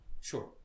Sure